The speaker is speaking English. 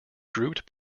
grouped